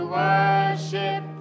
worship